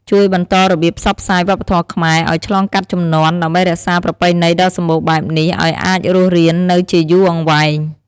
ជួយបន្តរបៀបផ្សព្វផ្សាយវប្បធម៌ខ្មែរឲ្យឆ្លងកាត់ជំនាន់ ដើម្បីរក្សាប្រពៃណីដ៏សម្បូរបែបនេះឲ្យអាចរស់រាននៅជាយូរអង្វែង។